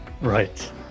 Right